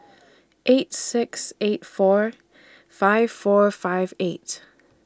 eight six eight four five four five eight